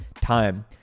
time